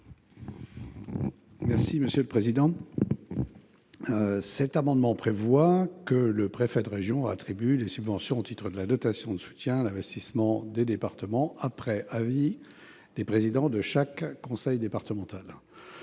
de la commission ? Cet amendement tend à ce que le préfet de région attribue les subventions au titre de la dotation de soutien à l'investissement des départements après avis des présidents de chaque conseil départemental.